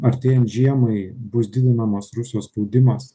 artėjant žiemai bus didinamas rusijos spaudimas